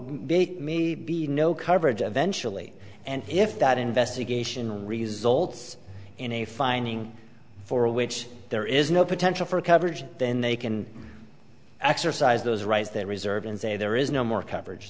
me be no coverage of ventura lee and if that investigation results in a finding for which there is no potential for coverage then they can exercise those rights they reserve and say there is no more coverage